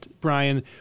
Brian